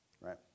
right